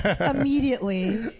Immediately